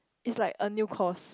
is like a new course